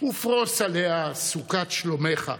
ופרוש עליה סוכת שלומך,